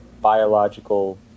biological